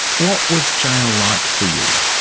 what was jail like for you?